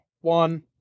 one